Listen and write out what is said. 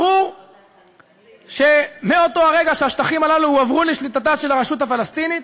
ברור שמאותו הרגע שהשטחים הללו הועברו לשליטתה של הרשות הפלסטינית,